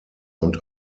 und